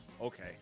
Okay